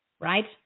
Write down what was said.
right